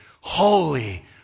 holy